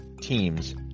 teams